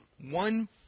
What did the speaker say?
One